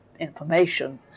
information